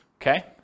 okay